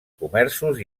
comerços